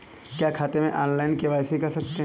क्या खाते में ऑनलाइन के.वाई.सी कर सकते हैं?